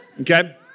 Okay